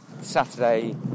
Saturday